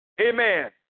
Amen